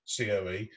COE